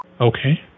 Okay